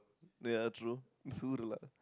ya true